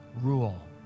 Rule